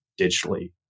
digitally